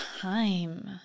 time